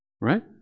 right